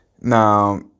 Now